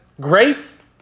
grace